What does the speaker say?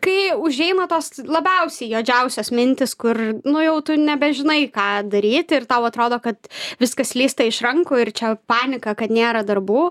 kai užeina tos labiausiai juodžiausios mintys kur nu jau tu nebežinai ką daryti ir tau atrodo kad viskas slysta iš rankų ir čia panika kad nėra darbų